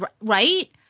right